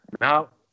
now